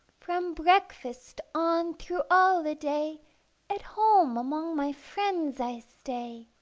from breakfast on through all the day at home among my friends i stay,